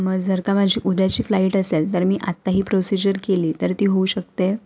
मग जर का माझी उद्याची फ्लाईट असेल तर मी आत्ताही प्रोसिजर केली तर ती होऊ शकते